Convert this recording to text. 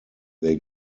they